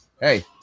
Hey